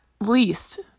least